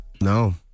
No